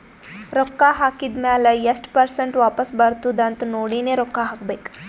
ರೊಕ್ಕಾ ಹಾಕಿದ್ ಮ್ಯಾಲ ಎಸ್ಟ್ ಪರ್ಸೆಂಟ್ ವಾಪಸ್ ಬರ್ತುದ್ ಅಂತ್ ನೋಡಿನೇ ರೊಕ್ಕಾ ಹಾಕಬೇಕ